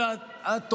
חיכיתי.